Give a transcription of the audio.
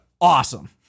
awesome